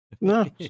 no